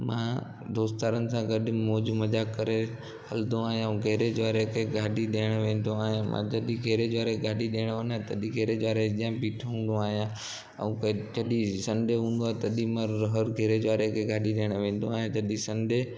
मां दोस्त यारनि सां गॾु मौजूं मजाक करे हलंदो आहियां ऐं गैरेज वारे खे गाॾी ॾियणु वेंदो आहियां मां जॾहिं गैरेज वारे खे गाॾी ॾियणु वञा तॾहिं गैरेज वारे जे अॻियां ॿीठो हूंदो आहियां ऐं जॾहिं सन्डे हूंदो आहे तॾहिं मां हर गैरेज वारे खे गाॾी ॾियणु वेंदो आहियां जॾहिं सन्डे